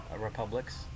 Republics